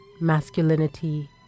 masculinity